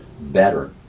better